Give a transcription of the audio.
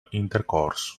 intercourse